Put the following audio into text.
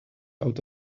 out